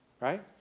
Right